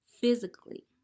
Physically